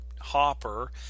Hopper